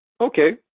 okay